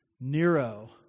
Nero